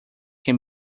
can